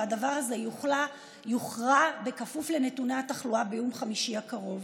והדבר הזה יוכרע בכפוף לנתוני התחלואה ביום חמישי הקרוב.